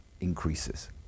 increases